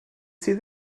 sydd